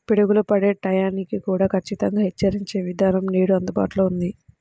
పిడుగులు పడే టైం ని కూడా ఖచ్చితంగా హెచ్చరించే విధానం నేడు అందుబాటులో ఉంది